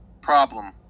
problem